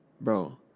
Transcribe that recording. Bro